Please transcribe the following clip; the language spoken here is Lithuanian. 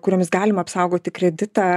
kuriomis galima apsaugoti kreditą